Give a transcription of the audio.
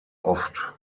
oft